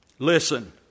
Listen